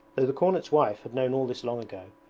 though the cornet's wife had known all this long ago.